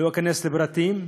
לא אכנס לפרטים.